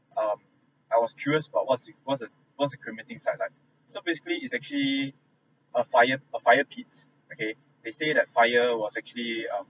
um I was curious about what's what's the what's the cremating site like so basically it's actually a fire a fire pit okay they say the fire was actually um